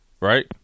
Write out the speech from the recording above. right